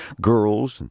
girls